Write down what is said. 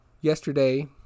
yesterday